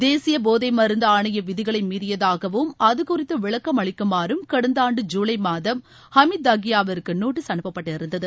தேசியபோதைமருந்துஆணையவிதிகளைமீறியதாகவும் அதுகுறித்துவிளக்கம் அளிக்குமாறும் கடந்தஆண்டு ஜூலைமாதம் அமித் தாஹியாவிற்குநோட்டீஸ் அனுப்பபட்டிருந்தது